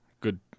good